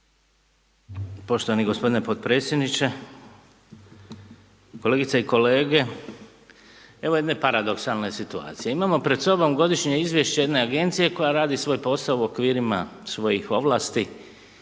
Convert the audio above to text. Poštovani gospodine potpredsjedniče, kolegice i kolege, evo jedne paradoksalne situacije. Imamo pred sobom godišnje izvješće jedne agencije koja radi svoj posao u okvirima svojih ovlasti